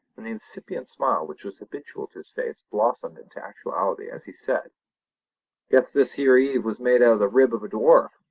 and the incipient smile which was habitual to his face blossomed into actuality as he said guess this here eve was made out of the rib of a dwarf!